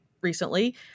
recently